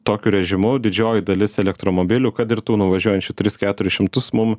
tokiu režimu didžioji dalis elektromobilių kad ir tų nuvažiuojančių tris keturis šimtus mum